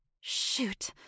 Shoot